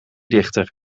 dichter